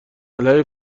علیه